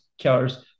Cars